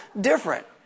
different